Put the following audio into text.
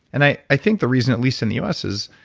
and i i think the reason at least in the us is,